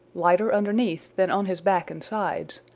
lighter underneath than on his back and sides,